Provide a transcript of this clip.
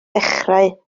dechrau